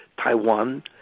Taiwan